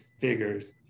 figures